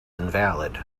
invalid